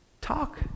talk